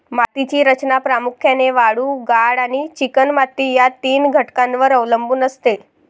मातीची रचना प्रामुख्याने वाळू, गाळ आणि चिकणमाती या तीन घटकांवर अवलंबून असते